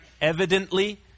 evidently